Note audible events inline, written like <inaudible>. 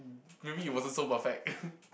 maybe it wasn't so perfect <laughs>